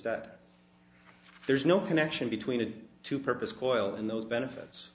stat there's no connection between the two purpose coil and those benefits